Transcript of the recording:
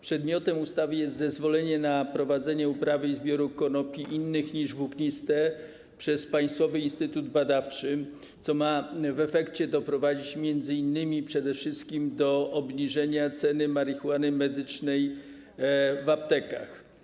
Przedmiotem ustawy jest zezwolenie na prowadzenie uprawy i zbioru konopi innych niż włókniste przez państwowy instytut badawczy, co w efekcie ma doprowadzić m.in. do obniżenia ceny marihuany medycznej w aptekach.